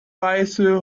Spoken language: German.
weiße